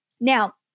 Now